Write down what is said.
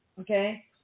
okay